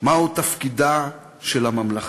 מהו תפקידה של הממלכה.